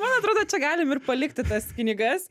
man atrodo čia galim ir palikti tas knygas